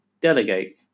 delegate